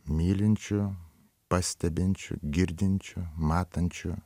mylinčiu pastebinčiu girdinčiu matančiu